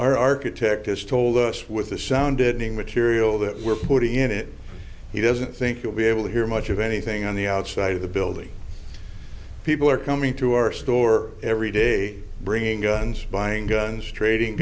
our architect has told us with the sound deadening material that we're putting in it he doesn't think you'll be able to hear much of anything on the outside of the building people are coming to our store every day bringing guns buying guns trading